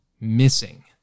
missing